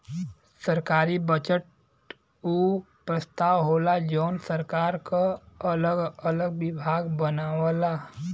सरकारी बजट उ प्रस्ताव होला जौन सरकार क अगल अलग विभाग बनावला